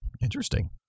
Interesting